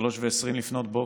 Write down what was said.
3:20,